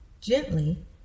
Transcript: Gently